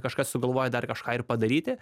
kažkas sugalvoja dar kažką ir padaryti